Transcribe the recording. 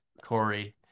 Corey